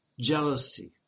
Jealousy